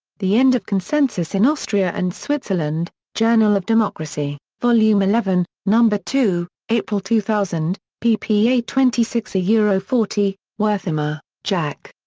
the end of consensus in austria and switzerland, journal of democracy, volume eleven, number two, april two thousand, pp. twenty six yeah forty wertheimer, jack.